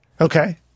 Okay